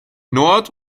nord